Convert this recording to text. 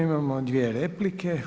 Imamo dvije replike.